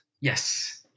Yes